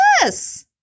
yes